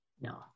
No